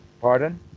pardon